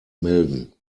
melden